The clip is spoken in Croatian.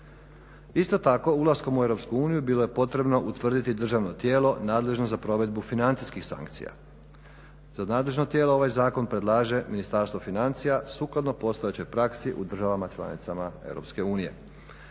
Isto tako ulaskom u EU bilo je potrebno utvrditi državno tijelo nadležno za provedbu financijskih sankcija. Za nadležno tijelo ovaj zakon predlaže Ministarstvo financija sukladno postojećoj praksi u državama članicama EU.